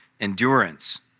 endurance